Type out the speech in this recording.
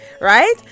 right